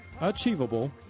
achievable